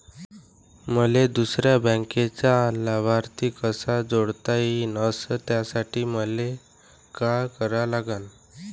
मले दुसऱ्या बँकेचा लाभार्थी कसा जोडता येईन, अस त्यासाठी मले का करा लागन?